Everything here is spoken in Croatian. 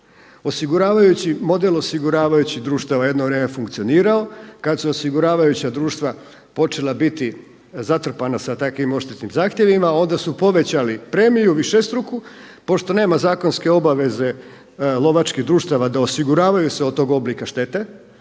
model osiguravajućih društava jedno vrijeme je funkcionirao. Kad su osiguravajuća društva počela biti zatrpana sa takvim odštetnim zahtjevima onda su povećali premiju višestruku. Pošto nema zakonske obaveze lovačkih društava da osiguravaju se od tog oblika štete